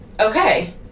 Okay